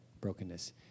brokenness